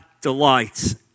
delights